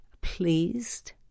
pleased